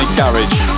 garage